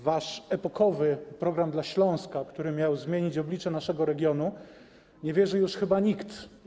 W wasz epokowy „Program dla Śląska”, który miał zmienić oblicze naszego regionu, nie wierzy już chyba nikt.